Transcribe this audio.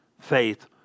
faith